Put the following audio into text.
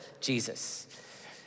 Jesus